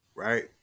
Right